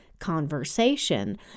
conversation